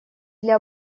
для